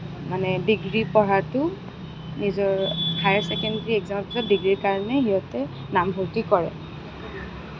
মানে ডিগ্ৰী পঢ়াটো নিজৰ হায়াৰ ছেকেণ্ডেৰী এগজামৰ পিছত ডিগ্ৰীৰ কাৰণে সিহঁতে নামভৰ্তি কৰে